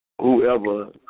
whoever